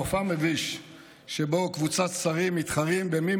מופע מביש שבו קבוצת שרים מתחרים מי